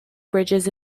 bridges